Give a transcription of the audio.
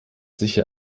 sicher